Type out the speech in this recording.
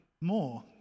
more